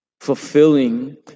Fulfilling